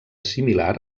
similar